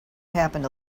happened